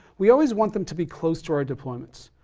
we always want them to be close to our deployments.